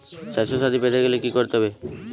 স্বাস্থসাথী পেতে গেলে কি করতে হবে?